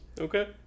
Okay